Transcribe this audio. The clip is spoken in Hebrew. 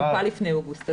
זה טופל לפני אוגוסט.